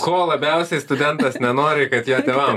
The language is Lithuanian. ko labiausiai studentas nenori kad jo tėvam